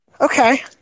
Okay